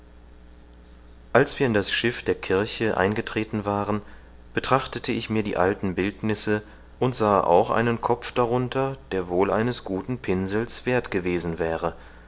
als wir in das schiff der kirche eingetreten waren betrachtete ich mir die alten bildnisse und sahe auch einen kopf darunter der wohl eines guten pinsels werth gewesen wäre